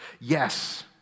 Yes